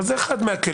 אבל זה אחד מהכלים.